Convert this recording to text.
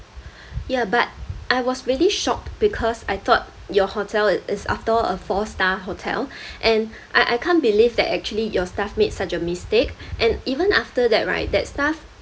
ya but I was really shocked because I thought your hotel is after all a four star hotel and I I can't believe that actually your staff made such a mistake and even after that right that staff